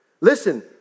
Listen